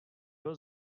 byl